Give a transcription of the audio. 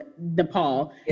Nepal